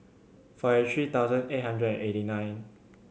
forty three thousand eight hundred and eighty nine